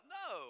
no